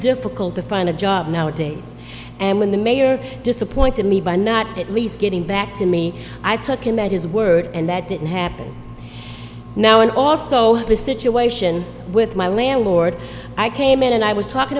difficult to find a job nowadays and when the mayor disappointed me by not at least getting back to me i took him at his word and that didn't happen now and also the situation with my landlord i came in and i was talking